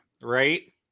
right